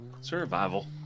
survival